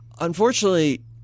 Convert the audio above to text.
Unfortunately